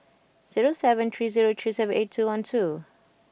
zero seven three zero three seven eight two one two